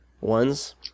ones